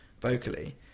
vocally